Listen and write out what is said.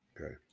okay